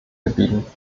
gebieten